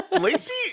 Lacey